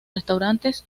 restaurantes